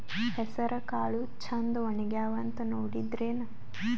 ಹೆಸರಕಾಳು ಛಂದ ಒಣಗ್ಯಾವಂತ ನೋಡಿದ್ರೆನ?